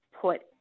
put